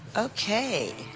okay,